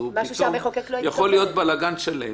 אז פתאום יכול להיות בלגן שלם.